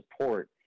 support